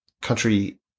Country